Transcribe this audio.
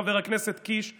חבר הכנסת קיש,